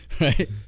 Right